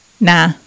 nah